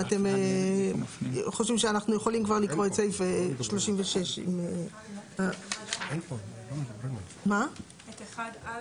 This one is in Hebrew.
אם אתם חושבים שאנחנו יכולים לקרוא כבר את סעיף 36. את 1א